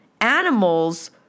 animals